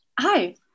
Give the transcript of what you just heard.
Hi